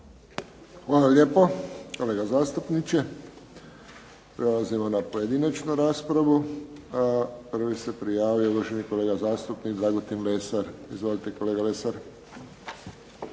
Hvala lijepo kolega zastupniče. Prelazimo na pojedinačnu raspravu. A prvi se prijavio uvaženi kolega zastupnik Dragutin Lesar. Izvolite kolega Lesar.